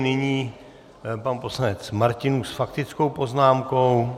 Nyní pan poslanec Martinů s faktickou poznámkou.